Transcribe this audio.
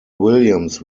williams